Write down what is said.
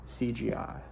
CGI